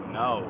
no